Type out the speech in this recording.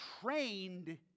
trained